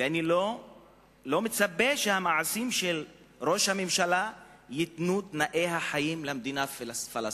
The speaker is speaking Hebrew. ואני לא מצפה שהמעשים של ראש הממשלה ייתנו תנאי חיים למדינה הפלסטינית,